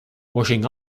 washing